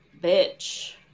Bitch